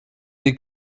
des